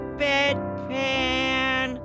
bedpan